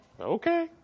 Okay